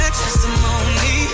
testimony